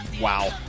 wow